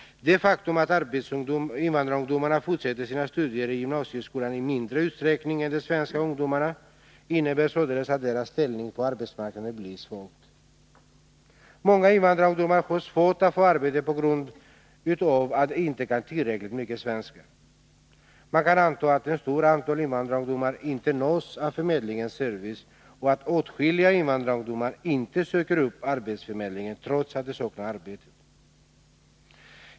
Det faktum att invandrarungdomar fortsätter sina studier i gymnasieskolan i mindre utsträckning än de svenska ungdomarna innebär således att deras ställning på arbetsmarknaden blir svag. Många invandrarungdomar har svårt att få arbete på grund av att de inte kan svenska tillräckligt bra. Man kan anta att ett stort antal invandrarungdomar inte nås av förmedlingens service och att åtskilliga invandrarungdomar inte söker upp arbetsförmedlingen, trots att de saknar arbete.